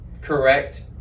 correct